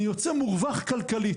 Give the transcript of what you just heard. אני יוצא מרווח כלכלית.